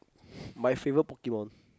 my favorite Pokemon